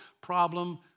problem